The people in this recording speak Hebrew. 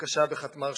הקשה בחטמ"ר שומרון.